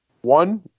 One